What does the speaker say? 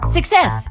Success